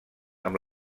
amb